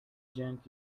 junk